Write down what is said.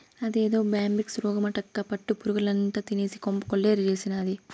అదేదో బ్యాంబిక్స్ రోగమటక్కా పట్టు పురుగుల్నంతా తినేసి కొంప కొల్లేరు చేసినాది